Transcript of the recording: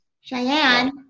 Cheyenne